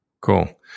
cool